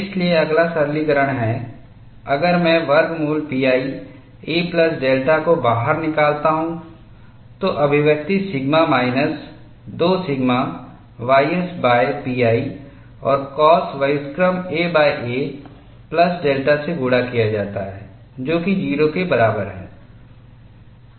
इसलिए अगला सरलीकरण है अगर मैं वर्गमूल pi a प्लस डेल्टा को बाहर निकालता हूं तो अभिव्यक्ति सिगमा माइनस 2 सिग्मा yspi और काश व्युत्क्रम aa प्लस डेल्टा से गुणा किया जाता है जो कि 0 के बराबर है